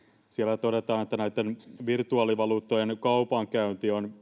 siellä todetaan että näitten virtuaalivaluuttojen kaupankäynti on